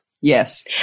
Yes